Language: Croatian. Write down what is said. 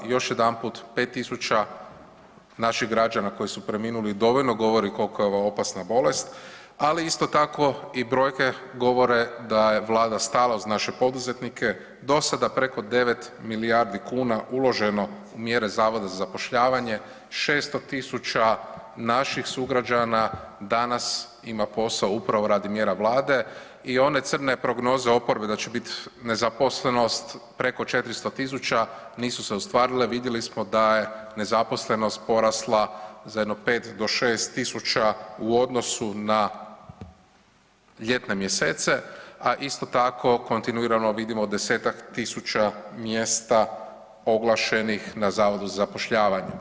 I još jedanput, 5.000 naših građana koji su preminuli dovoljno govori koliko je ova opasna bolest, ali isto tako i brojke govore da je vlada stala uz naše poduzetnike, dosada preko 9 milijardi kuna uloženo u mjere Zavoda za zapošljavanje, 600.000 naših sugrađana danas ima posao upravo radi mjera vlade i one crne prognoze oporbe da će bit nezaposlenost preko 400.000 nisu se ostvarile, vidjeli smo da je nezaposlenost porasla za jedno 5 do 6.000 u odnosu na ljetne mjesece, a isto tako kontinuirano vidimo 10-tak tisuća mjesta oglašenih na Zavodu za zapošljavanje.